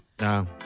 No